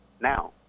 now